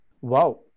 Wow